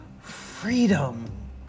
freedom